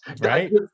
Right